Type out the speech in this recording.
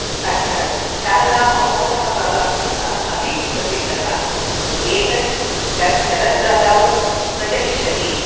अत्र शारदामहोत्सवः अपि प्रसिद्धः एतत् श शरद् ऋतौ प्रचलिष्यति